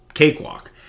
cakewalk